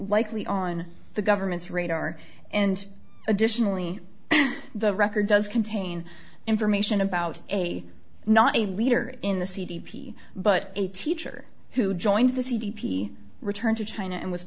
likely on the government's radar and additionally the record does contain information about a not a leader in the c d p but a teacher who joined the c d p return to china and was